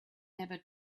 never